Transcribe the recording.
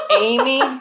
Amy